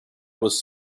was